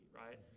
right